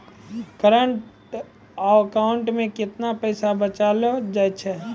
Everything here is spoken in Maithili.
करंट अकाउंट मे केतना पैसा बचलो छै?